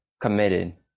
Committed